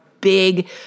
big